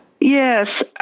Yes